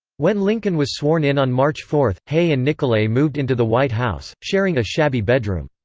when lincoln was sworn in on march four, hay and nicolay moved into the white house, sharing a shabby bedroom.